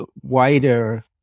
wider